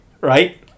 Right